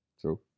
True